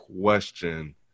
question